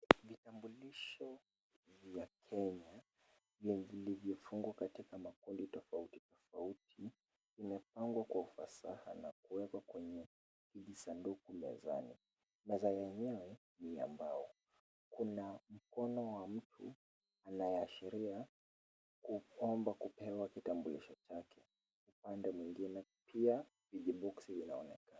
Vitambulisho vya Kenya vyenye vilivyofungwa katika makundi tofauti tofauti, vimepangwa kwa ufasaha na kuwekwa kwenye visanduku mezani, meza yenyewe ni ya mbao, kuna mkono wa mtu anaye ashiria kuomba kupewa kitambulisho chake, upande mwingine pia vijiboxi vinaonekana.